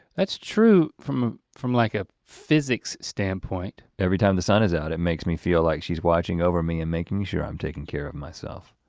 that's true from from like a physics standpoint. every time the sun is out, it makes me feel like she's watching over me and making sure i'm taking care of myself.